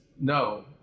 no